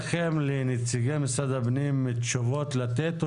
לנציגי משרד הפנים יש תשובות לתת,